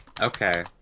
Okay